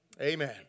Amen